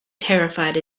terrified